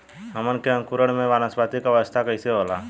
हमन के अंकुरण में वानस्पतिक अवस्था कइसे होला?